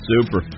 super